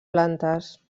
plantes